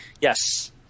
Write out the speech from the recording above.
yes